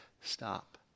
stop